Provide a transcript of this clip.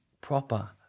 proper